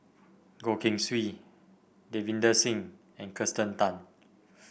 Goh Keng Swee Davinder Singh and Kirsten Tan